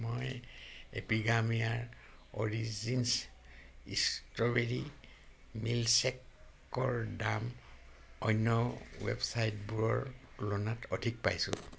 মই এপিগামিয়াৰ origins strawberry মিল্কশ্বেকৰ দাম অন্য ৱেবছাইটবোৰৰ তুলনাত অধিক পাইছোঁ